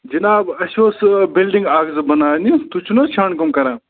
جِناب اَسہِ اوس بِلڈِنٛگ اَکھ زٕ بناونہِ تُہۍ چھُو نہ حظ چھانہٕ کٲم کران